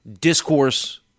discourse